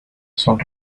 son